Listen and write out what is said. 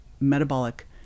metabolic